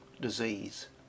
disease